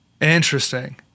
Interesting